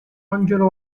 angelo